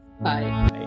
bye